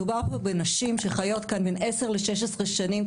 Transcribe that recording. מדובר פה בנשים שחיות כאן בין עשר ל-16 שנים,